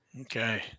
Okay